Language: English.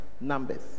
Numbers